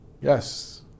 Yes